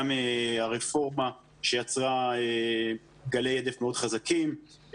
גם הרפורמה שיצרה גלי הדף מאוד חזקים,